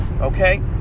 Okay